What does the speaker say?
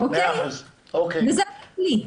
וזו התכלית.